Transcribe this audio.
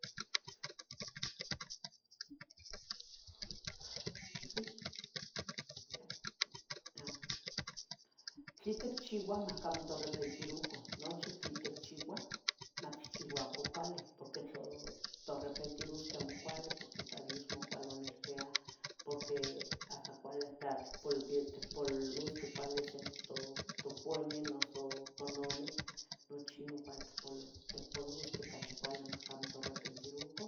Tlin ticchiuah macamotiarripentirocan, nochi tlin ticchiuah matchiuacah cualih porque tla toarrepentirosqueh amo cuali, porque tla Dios mocualaniltia porque hasta cuali, itpulusqueh cuali sente tocuñeu o tonamic, nochi inon cuali ticpulusqueh ocachi cuali macamo torrepetirocan